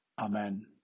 Amen